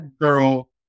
girl